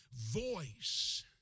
voice